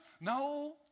No